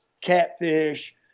catfish